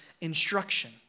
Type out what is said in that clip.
instruction